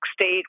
State